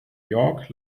york